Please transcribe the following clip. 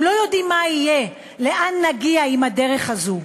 הם לא יודעים מה יהיה, לאן נגיע עם הדרך הזאת.